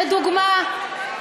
לדוגמה.